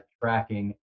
tracking